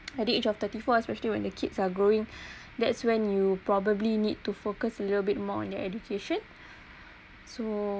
at the age of thirty four especially when the kids are growing that's when you probably need to focus a little bit more on their education so